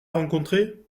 rencontré